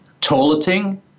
toileting